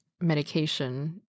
medication